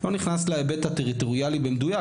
לא נכנס להיבט הטריטוריאלי במדויק,